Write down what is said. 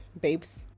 babes